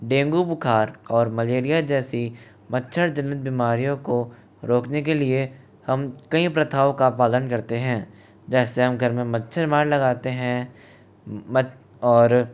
dengue बुखार और malaria जैसी मच्छर जनित बीमारियों को रोकने के लिए हम कई प्रथाओं का पालन करते हैं जैसे हम घर में मच्छर मार लगाते हैं मत और